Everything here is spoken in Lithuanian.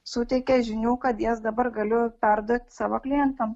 suteikė žinių kad jas dabar galiu perduot savo klientam